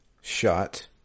shot